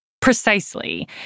Precisely